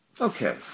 Okay